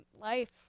life